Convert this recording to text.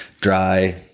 dry